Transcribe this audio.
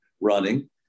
running